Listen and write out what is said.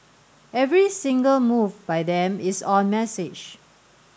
every single move by them is on message